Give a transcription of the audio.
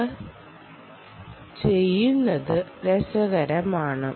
അവർ ചെയ്യുന്നത് രസകരമാണ്